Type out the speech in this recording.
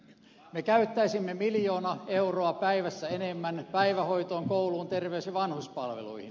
me käyttäisimme miljoona euroa päivässä enemmän päivähoitoon kouluun terveys ja vanhuspalveluihin